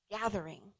gathering